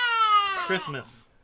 Christmas